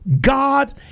God